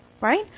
Right